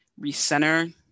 recenter